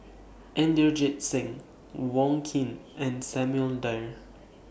Inderjit Singh Wong Keen and Samuel Dyer